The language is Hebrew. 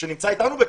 שנמצא אתנו בקשר.